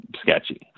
sketchy